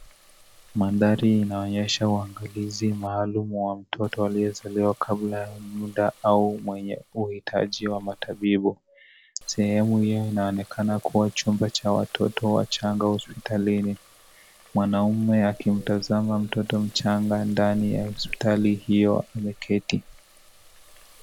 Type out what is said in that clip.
Mandhari inaonyesha uandalizi maalum wa mtoto aliyezaliwa kabla ya muda au mwenye huhitaji wa matibabu, sehemu hiyo inaonekana kuwa chumba cha watoto wachanga hospitalini, mwanaume akimtazama mtoto mchanga ndani ya hospitali hiyo ameketi.